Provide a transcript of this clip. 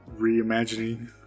reimagining